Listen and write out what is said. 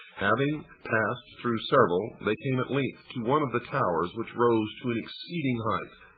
having passed through several they came at length to one of the towers which rose to an exceeding height.